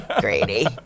Grady